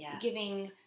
giving